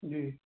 जी